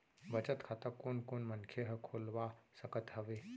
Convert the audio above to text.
बचत खाता कोन कोन मनखे ह खोलवा सकत हवे?